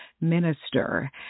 minister